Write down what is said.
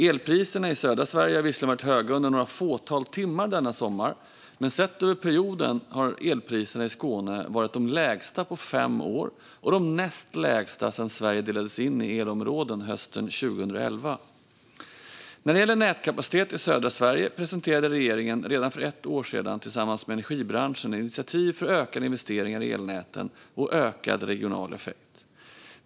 Elpriserna i södra Sverige var visserligen höga under några fåtal timmar denna sommar, men sett över perioden har elpriserna i Skåne varit de lägsta på fem år och de näst lägsta sedan hösten 2011 då Sverige delades in i elområden. När det gäller nätkapacitet i södra Sverige presenterade regeringen tillsammans med energibranschen redan för ett år sedan ett initiativ för ökade investeringar i elnäten och ökad regional effekt.